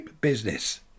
business